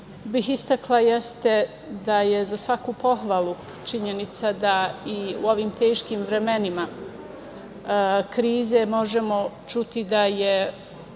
bih istakla jeste da je za svaku pohvalu činjenicu da i u ovim teškim vremenima krize možemo čuti da je